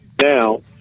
now